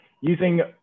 using